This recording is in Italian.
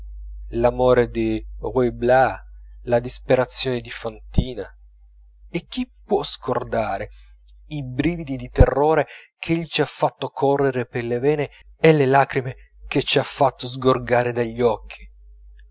l'amore di ruy blas la disperazione di fantina e chi può scordare i brividi di terrore ch'egli ci ha fatto correre per le vene e le lacrime che ci ha fatto sgorgare dagli occhi